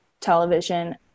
television